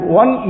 one